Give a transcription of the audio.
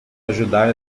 ajudar